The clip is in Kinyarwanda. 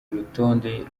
urutonde